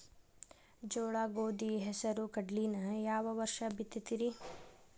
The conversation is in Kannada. ಜೋಳ, ಗೋಧಿ, ಹೆಸರು, ಕಡ್ಲಿನ ಯಾವ ವರ್ಷ ಬಿತ್ತತಿರಿ?